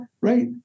right